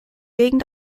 gegen